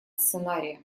сценария